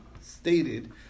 stated